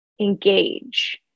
engage